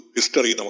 History